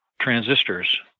transistors